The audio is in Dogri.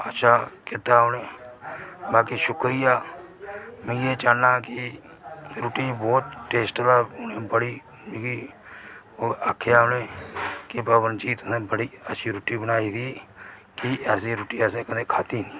अच्छा कीता उनें बाकी शुक्रिया में इयै चाहना कि रुट्टी बहुत टेस्ट दा मिगी बड़ा आखेआ उनें कि पबन जी तुसें बड़ी अच्छी रुट्टी बनाई दी कि ऐसी रुट्टी आसे कदें खांद्धी नेईं